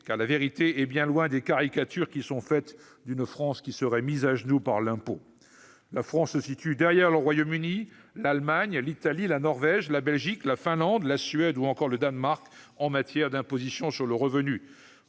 car la vérité est bien loin des caricatures qui sont faites d'une France mise à genou à cause de l'impôt. La France se situe derrière le Royaume-Uni, l'Allemagne, l'Italie, la Norvège, la Belgique, la Finlande, la Suède ou encore le Danemark en matière d'imposition sur le revenu.